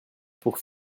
pour